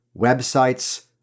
websites